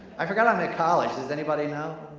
i forgot i'm at college. does anybody know?